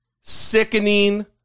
Sickening